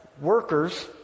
workers